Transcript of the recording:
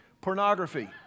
Pornography